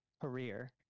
career